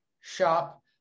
shop